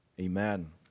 Amen